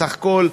בסך הכול,